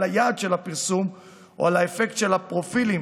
היעד של הפרסום או על האפקט של הפרופילים